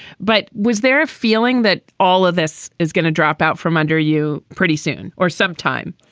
but was there a feeling that all of this is going to drop out from under you pretty soon or sometime?